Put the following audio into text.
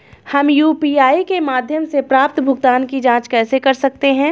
हम यू.पी.आई के माध्यम से प्राप्त भुगतान की जॉंच कैसे कर सकते हैं?